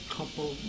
Couple